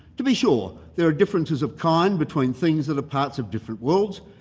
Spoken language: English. to be sure, there are differences of kind between things that are parts of different worlds,